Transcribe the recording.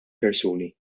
persuni